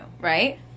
right